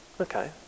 Okay